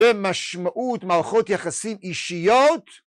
במשמעות מערכות יחסים אישיות